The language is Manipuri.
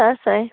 ꯁꯥꯏ